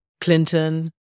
Clinton